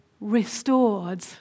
restored